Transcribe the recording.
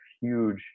huge